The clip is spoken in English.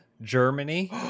Germany